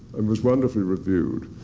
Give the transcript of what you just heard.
and was wonderfully reviewed.